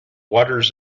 waters